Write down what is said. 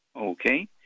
Okay